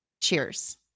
Cheers